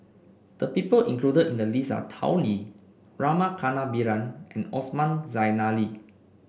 the people included in the list are Tao Li Rama Kannabiran and Osman Zailani